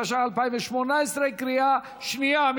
התשע"ח 2018. בקריאה שנייה.